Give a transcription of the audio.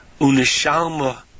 Unishalma